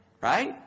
Right